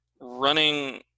running